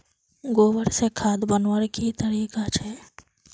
गोबर से खाद बनवार की तरीका छे?